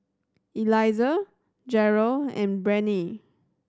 Eliezer Jerel and Breanne